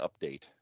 update